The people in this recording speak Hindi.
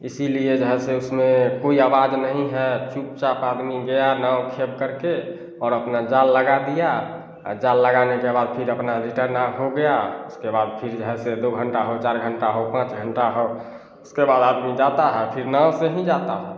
इसलिए जे है से उसमें कोई आवाज नहीं है चुपचाप आदमी गया नाव खेव करके और अपना जाल लगा दिया अ जाल लगाने के बाद फिर अपना रिटर्न आउट हो गया उसके बाद फिर जे है से दो घंटा हो चार घंटा हो पाँच घंटा हो उसके बाद आदमी जाता है नाव से हीं जाता है